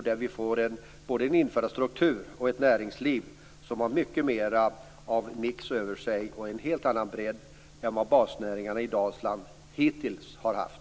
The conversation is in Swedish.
Det behövs både en infrastruktur och ett näringsliv som har mycket mer av mix över sig och en helt annan bredd än vad basnäringarna i Dalsland hittills har haft.